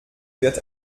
wird